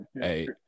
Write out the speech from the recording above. Hey